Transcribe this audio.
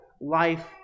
life